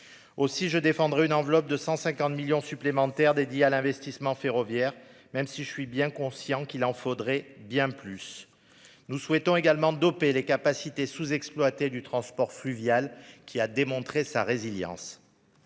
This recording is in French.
Aussi, je défendrai une enveloppe de 150 millions supplémentaires en faveur de l'investissement ferroviaire, même si je suis bien conscient qu'il en faudrait bien plus. Nous souhaitons également doper les capacités sous-exploitées du transport fluvial, qui a démontré sa résilience.